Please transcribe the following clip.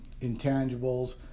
intangibles